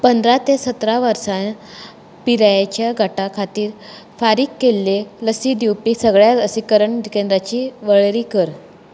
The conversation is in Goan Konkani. पंदरा ते सतरा वर्सा पिरायेच्या गटा खातीर फारीक केल्लें लसी दिवपी सगळ्या लसीकरण केंद्रांची वळेरी कर